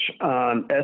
on